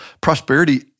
prosperity